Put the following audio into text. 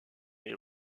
les